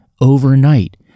overnight